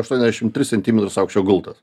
aštuoniasdešimt tris centimetras aukščio gultas